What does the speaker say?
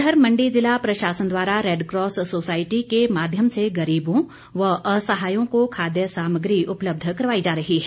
उधर मण्डी ज़िला प्रशासन द्वारा रैडक्रॉस सोसायटी के माध्यम से गरीबों व असहायों को खाद्य सामग्री उपलब्ध करवाई जा रही है